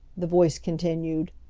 the voice continued.